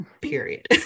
period